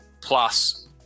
plus